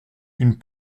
une